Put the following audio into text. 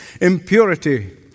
impurity